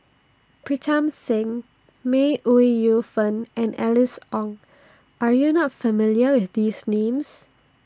Pritam Singh May Ooi Yu Fen and Alice Ong Are YOU not familiar with These Names